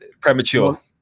premature